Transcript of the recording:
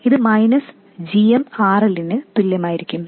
ഇത് minus g m R L ന് തുല്യമായിരിക്കും